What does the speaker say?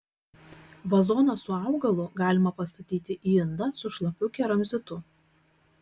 vazoną su augalu galima pastatyti į indą su šlapiu keramzitu